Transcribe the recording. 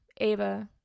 Ava